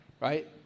Right